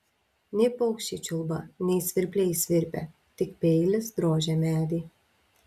nei paukščiai čiulba nei svirpliai svirpia tik peilis drožia medį